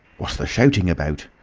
what's the shouting about!